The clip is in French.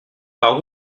par